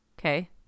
Okay